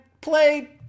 play